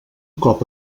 cop